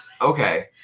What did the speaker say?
Okay